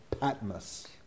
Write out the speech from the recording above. Patmos